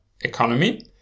economy